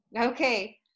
Okay